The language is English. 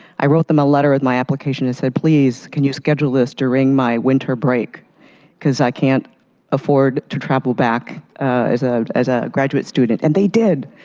i wrote them a letter with my application and said please can you schedule this during my winter break because i can't afford to travel back as ah as a graduate student and they did.